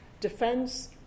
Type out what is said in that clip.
defense